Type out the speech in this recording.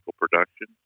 production